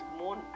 moon